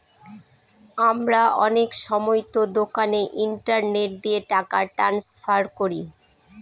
আমরা অনেক সময়তো দোকানে ইন্টারনেট দিয়ে টাকা ট্রান্সফার করি